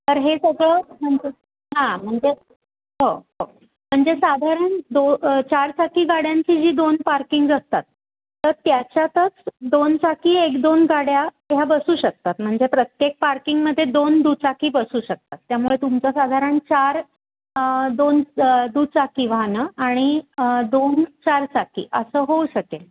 तर हे सगळं हां म्हणजे हो हो म्हणजे साधारण दोन चार चाकी गाड्यांची जी दोन पार्किंग्ज असतात तर त्याच्यातच दोन चाकी एक दोन गाड्या ह्या बसू शकतात म्हणजे प्रत्येक पार्किंगमध्ये दोन दुचाकी बसू शकतात त्यामुळे तुमचं साधारण चार दोन दुचाकी वाहनं आणि दोन चार चाकी असं होऊ शकेल